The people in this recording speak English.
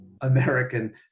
American